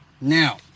Now